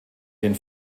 den